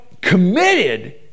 committed